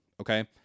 okay